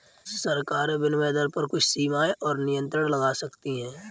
सरकारें विनिमय दर पर कुछ सीमाएँ और नियंत्रण लगा सकती हैं